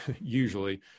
usually